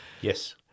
yes